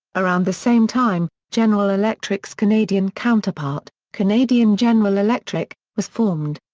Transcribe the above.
around the same time, general electric's canadian counterpart, canadian general electric, was formed.